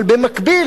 אבל במקביל,